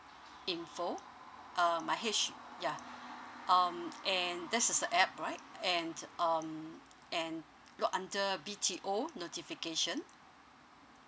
info uh my H~ yeah um and this is a app right and um and look under B_T_O notification